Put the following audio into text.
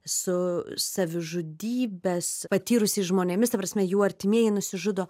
su savižudybes patyrusiais žmonėmis ta prasme jų artimieji nusižudo